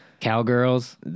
Cowgirls